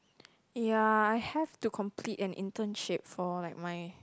ya I have to complete an internship for like my